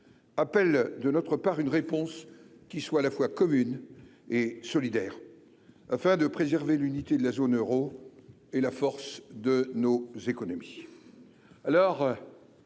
appelle de notre part une réponse qui soit à la fois commune et solidaire afin de préserver l'unité de la zone Euro et la force de nos 2 économies